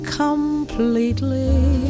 completely